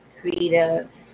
creative